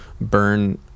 burn